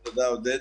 תודה, עודד.